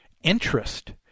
interest